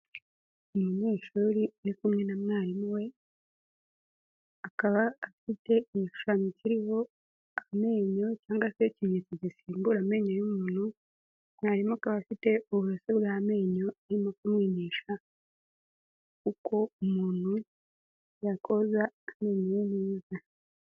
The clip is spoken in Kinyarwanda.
Umunyeshuri uri kumwe na mwarimu we, akaba afite igishushanyo kiriho amenyo cyangwa se ikimenyetso gisimbura amenyo y'umuntu, mwarimu akaba afite uburoso bw'amenyo arimo kumwigisha uko umuntu yakoza amenyo neza.